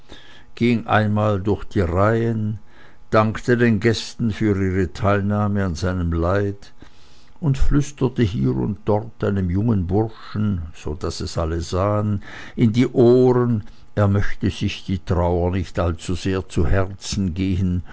ging einmal durch die reihen dankte den gästen für ihre teilnahme an seinem leid und flüsterte hier und dort einem jungen burschen daß es alle sahen in die ohren er möchte sich die trauer nicht allzusehr zu herzen gehen